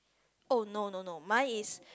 oh no no no mine is